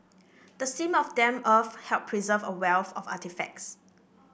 the seam of damp earth helped preserve a wealth of artefacts